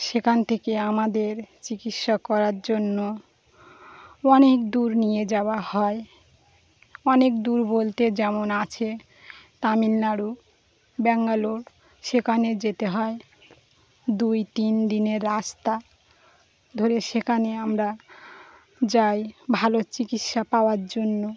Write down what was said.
সেখান থেকে আমাদের চিকিৎসা করার জন্য অনেক দূর নিয়ে যাওয়া হয় অনেক দূর বলতে যেমন আছে তামিলনাড়ু ব্যাঙ্গালোর সেখানে যেতে হয় দুই তিন দিনের রাস্তা ধরে সেখানে আমরা যাই ভালো চিকিৎসা পাওয়ার জন্য